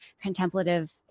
contemplative